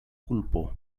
kulpo